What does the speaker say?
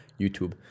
YouTube